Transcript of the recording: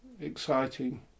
exciting